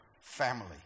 family